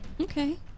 okay